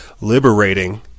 liberating